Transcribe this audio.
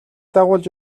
дагуулж